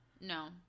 No